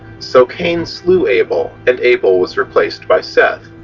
so cain slew abel and abel was replaced by seth.